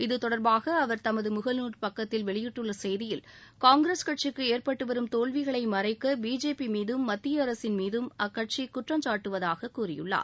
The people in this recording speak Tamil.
இது தொடர்பாக அவர் தமது முகநால் பக்கத்தில் வெளியிட்டுள்ள செய்தியில் காங்கிரஸ் கட்சிக்கு ஏற்பட்டு வரும் தோல்விகளை மறைக்க பிஜேபி மீதும் மத்திய அரசின் மீதும் அக்கட்சி குற்றம் சாட்டுவதாக கூறியுள்ளார்